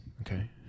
Okay